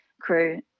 crew